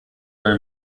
are